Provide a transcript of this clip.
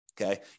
Okay